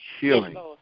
healing